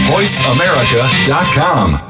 VoiceAmerica.com